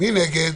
מי נגד?